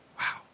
wow